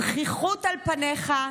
זחיחות על פניך,